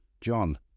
John